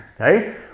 okay